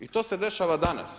I to se dešava danas.